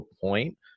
point